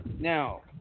Now